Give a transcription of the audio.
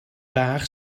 bach